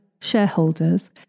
shareholders